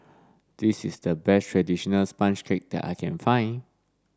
this is the best traditional sponge cake that I can find